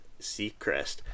Seacrest